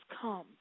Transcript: come